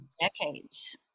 decades